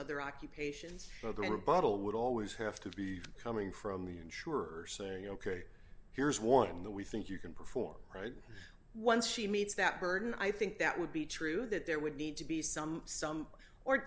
other occupations for the bottle would always have to be coming from the insurer saying ok here's one that we think you can perform right once she meets that burden i think that would be true that there would need to be some some or